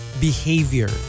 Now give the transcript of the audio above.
behavior